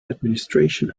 administration